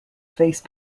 face